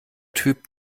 typ